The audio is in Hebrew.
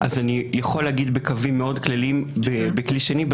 אז אני יכול להגיד בקווים מאוד כלליים בכלי שני,